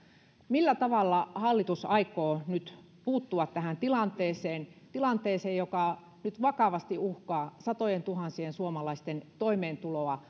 millä tavalla hallitus aikoo nyt puuttua tähän tilanteeseen tilanteeseen joka nyt vakavasti uhkaa satojentuhansien suomalaisten toimeentuloa